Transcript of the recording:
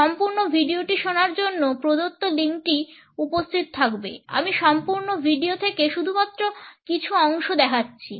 সম্পূর্ণ ভিডিওটি শোনার জন্য প্রদত্ত লিঙ্কটি উপস্থিত থাকবে আমি সম্পূর্ণ ভিডিও থেকে শুধুমাত্র কিছু অংশ দেখাচ্ছি